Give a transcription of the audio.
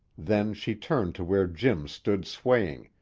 then she turned to where jim stood swaying,